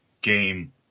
game